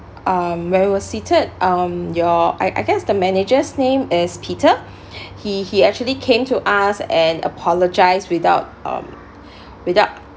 um when we were seated um your I I guess the manager's name is peter he he actually came to us and apologise without um without